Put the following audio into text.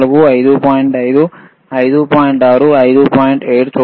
7 చూడండి